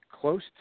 close